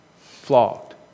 flogged